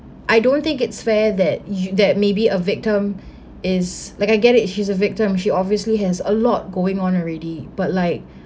I don't think it's fair that you that may be a victim is like a get it she's a victim she obviously has a lot going on already but like